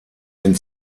den